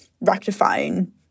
rectifying